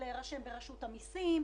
להירשם ברשות המסים,